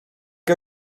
que